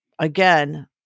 Again